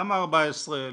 למה 14?